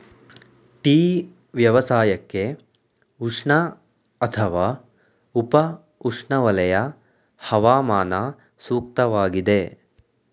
tea ವ್ಯವಸಾಯಕ್ಕೆ ಉಷ್ಣ ಅಥವಾ ಉಪ ಉಷ್ಣವಲಯ ಹವಾಮಾನ ಸೂಕ್ತವಾಗಿದೆ